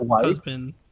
husband